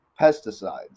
pesticides